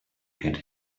get